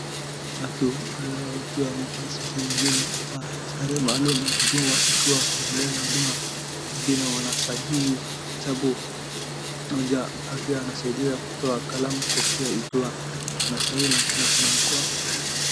Watu kadhaa wakiwa wamevaa suti zingine wamevaa sare ya maalum ya huduma ikiwa kwa eneo la huduma zingine wanasahii kitabu. Mmoja akiwa anasaidia kutoa kalamu, kofia ikiwa wanasahii na kunako kuna mkono.